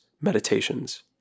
Meditations